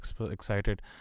excited